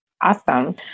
Awesome